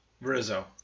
Rizzo